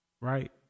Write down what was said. right